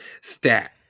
stat